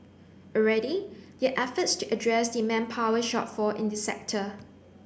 already there are efforts to address the manpower shortfall in the sector